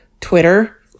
Twitter